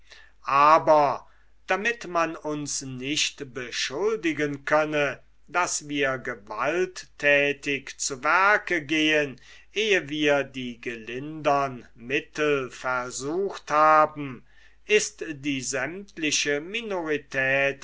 aber damit man uns nicht beschuldigen könne daß wir gewalttätig zu werke gehen eh wir die gelindern mittel versucht haben ist die sämtliche minorität